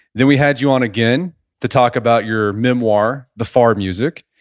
then we had you on again to talk about your memoir, the far music,